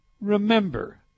remember